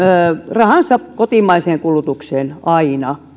rahansa kotimaiseen kulutukseen aina